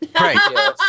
Right